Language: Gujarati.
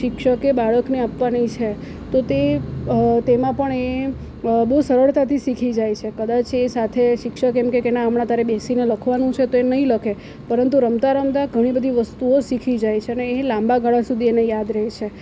શિક્ષકે બાળકને આપવાની છે તો તો તે તેમાં પણ એ બહુ સરળતાથી શીખી જાય છે કદાચ એ સાથે શિક્ષક એમ કહે કે ના હમણાં તારે બેસીને લખવાનું છે તો એ નહીં લખે પરંતુ રમત રમત ઘણી બધી વસ્તુઓ શીખી જાય છે ને અને એ લાંબાગાળા સુધી એને યાદ રહે છે